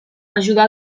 ajudà